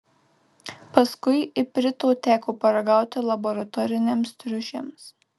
paskui iprito teko paragauti laboratoriniams triušiams